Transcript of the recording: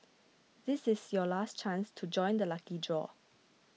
this is your last chance to join the lucky draw